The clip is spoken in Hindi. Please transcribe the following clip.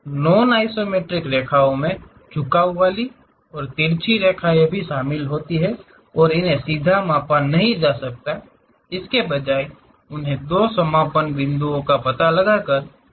नॉन आइसोमेट्रिक रेखाओं में झुकाव वाली और तिरछी रेखाएँ शामिल होती हैं और इन्हें सीधे मापा नहीं जा सकता इसके बजाय उन्हें दो समापन बिंदुओं का पता लगाकर बनाया जाना चाहिए